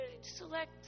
select